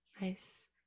Nice